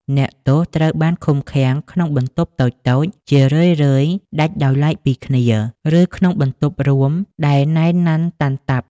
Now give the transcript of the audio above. អ្នកទោសត្រូវបានឃុំឃាំងក្នុងបន្ទប់តូចៗ ជារឿយៗដាច់ដោយឡែកពីគ្នា ឬក្នុងបន្ទប់រួមដែលណែនណាន់តាន់តាប់។